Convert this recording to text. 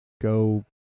go